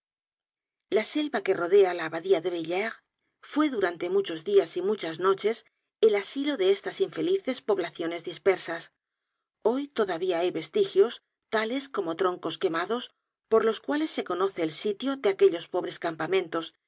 la selva que rodea la abadía de villers fue durante muchos dias y muchas noches el asilo de estas infelices poblaciones dispersas hoy todavía hay vestigios tales como troncos quemados por los cuales se conoce el sitio de aquellos pobres campamentos